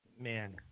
man